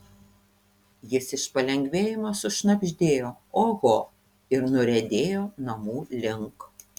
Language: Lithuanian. jis iš palengvėjimo sušnabždėjo oho ir nuriedėjo namų link